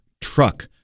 truck